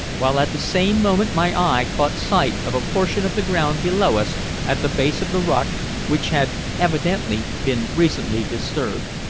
while at the same moment my eye caught sight of a portion of the ground below us at the base of the rock which had evidently been recently disturbed.